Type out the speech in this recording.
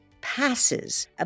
passes